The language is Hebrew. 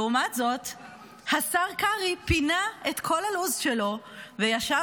לעומת זאת השר קרעי פינה את כל הלו"ז שלו וישב